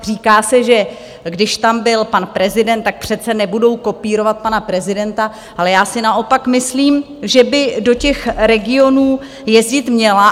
Říká se, že když tam byl pan prezident, tak přece nebudou kopírovat pana prezidenta, ale já si naopak myslím, že by do těch regionů jezdit měla.